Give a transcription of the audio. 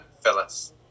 Phyllis